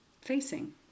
facing